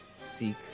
seek